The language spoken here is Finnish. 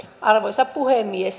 arvoisa puhemies